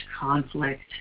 conflict